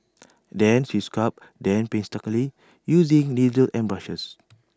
then she sculpts them painstakingly using needles and brushes